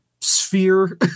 sphere